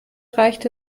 reicht